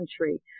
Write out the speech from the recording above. country